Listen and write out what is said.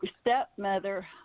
stepmother